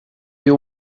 you